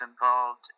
involved